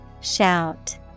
Shout